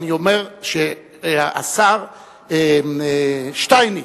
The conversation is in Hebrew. אני אומר שהשר שטייניץ,